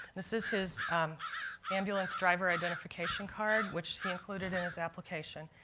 this is his ambulance driver identification card which he included in his application.